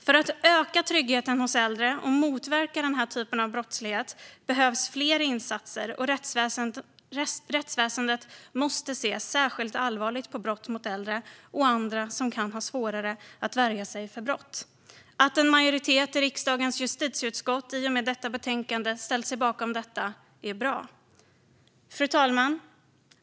För att öka tryggheten hos äldre och motverka den här typen av brottslighet behövs flera insatser, och rättsväsendet måste se särskilt allvarligt på brott mot äldre och andra som kan ha svårare att värja sig mot brott. Att en majoritet i riksdagens justitieutskott i och med detta betänkande ställt sig bakom detta är bra. Fru talman!